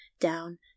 Down